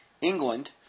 England